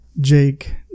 Jake